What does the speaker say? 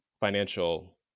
financial